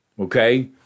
okay